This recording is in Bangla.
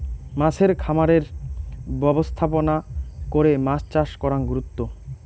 মাছের খামারের ব্যবস্থাপনা করে মাছ চাষ করাং গুরুত্ব